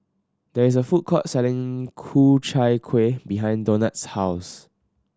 there is a food court selling Ku Chai Kueh behind Donat's house